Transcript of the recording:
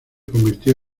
convirtió